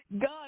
God